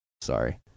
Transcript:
Sorry